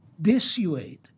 dissuade